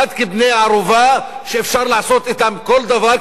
כבני-ערובה שאפשר לעשות אתם כל דבר כאילו